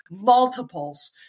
multiples